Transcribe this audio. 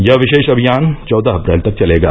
यह विशेष अभियान चौदह अप्रैल तक चलेगा